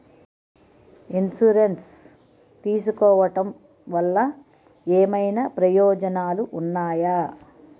Insurance తీసుకోవటం వల్ల ఏమైనా ప్రయోజనాలు ఉన్నాయా?